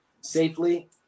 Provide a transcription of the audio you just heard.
safely